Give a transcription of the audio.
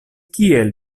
kiel